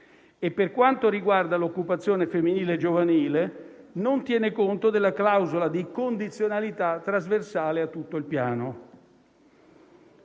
e, per quanto riguarda l'occupazione femminile e giovanile, non tiene conto della clausola di condizionalità trasversale a tutto il Piano.